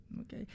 Okay